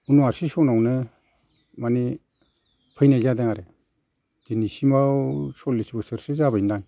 उनारसि सनावनो मानि फैनाय जादों आरो दिनैसिमाव सल्लिस बोसोरसो जाबायदां